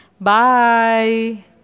bye